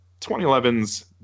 2011's